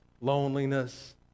loneliness